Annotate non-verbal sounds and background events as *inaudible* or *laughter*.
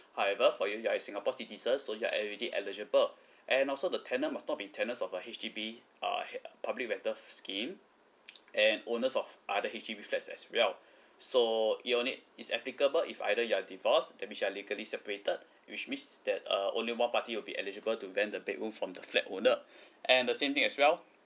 however for you you're a singapore citizen so you're already eligible and also the tenant must not be tenants of a H_D_B err he~ public rental scheme *noise* and owners of other H_D_B flats as well so unit is applicable if either you're divorced that which are legally separated which means that uh only one party will be eligible to rent the bedroom from the flat owner and the same thing as well